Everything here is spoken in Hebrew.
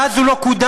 מאז הוא לא קודם,